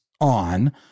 on